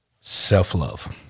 self-love